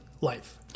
life